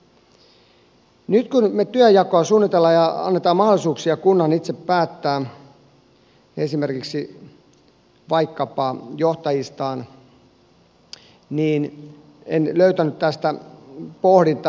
nyt kun me työnjakoa suunnittelemme ja annamme mahdollisuuksia kunnan itse päättää esimerkiksi vaikkapa johtajistaan niin en löytänyt tästä pohdintaa